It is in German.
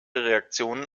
reaktionen